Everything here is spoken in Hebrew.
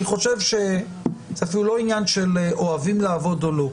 אני חושב שזה אפילו לא עניין של אוהבים לעבוד או לא,